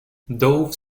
doves